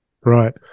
Right